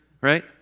right